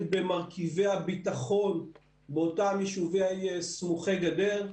במרכיבי הביטחון באותם יישובים סמוכי גדר,